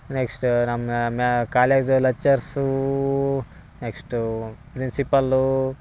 next ನಮ್ಮ ಮ್ಯಾ college ಲೆಚ್ಚರ್ಸೂ ನೆಕ್ಸ್ಟ್ ಪ್ರಿನ್ಸಿಪಲ್ಲೂ